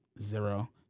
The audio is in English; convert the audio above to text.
Zero